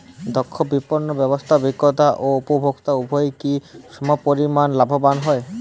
দক্ষ বিপণন ব্যবস্থায় বিক্রেতা ও উপভোক্ত উভয়ই কি সমপরিমাণ লাভবান হয়?